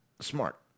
smart